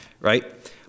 right